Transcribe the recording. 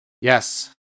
Yes